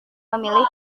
memilih